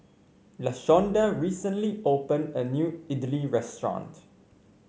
Lashonda recently opened a new idly restaurant